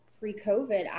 pre-COVID